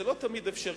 זה לא תמיד אפשרי,